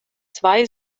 zwei